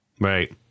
right